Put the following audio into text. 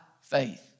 faith